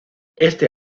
este